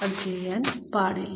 അത് ചെയ്യാൻ പാടില്ല